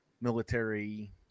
military